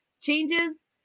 changes